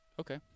Okay